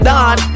Don